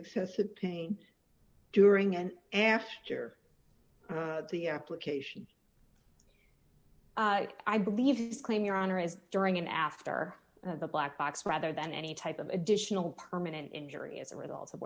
excessive pain during and after the arab location i believe this claim your honor is during and after the black box rather than any type of additional permanent injury as a result of